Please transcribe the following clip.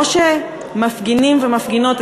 או שמפגינים ומפגינות,